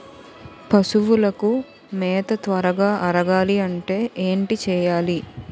పశువులకు మేత త్వరగా అరగాలి అంటే ఏంటి చేయాలి?